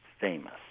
famous